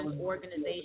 organizations